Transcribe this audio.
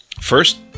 First